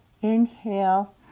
inhale